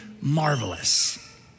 marvelous